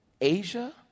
Asia